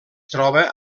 troba